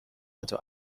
حتا